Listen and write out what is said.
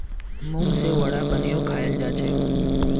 मूंग से वड़ा बनएयों खाल जाछेक